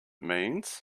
means